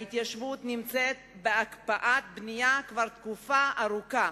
ההתיישבות נמצאת בהקפאת בנייה כבר תקופה ארוכה.